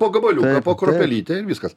po gabaliuką po kruopelytę ir viskas